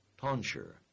tonsure